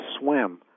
swim